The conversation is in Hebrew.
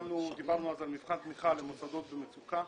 דיברנו על מבחן תמיכה למוסדות במצוקה.